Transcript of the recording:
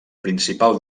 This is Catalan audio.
principal